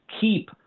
keep